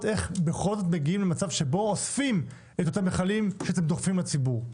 איך מגיעים למצב שאוספים את אותם מכלים שאתם דוחפים לציבור.